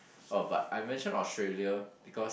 oh but I mention Australia because